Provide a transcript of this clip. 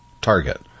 target